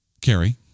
Carrie